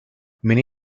many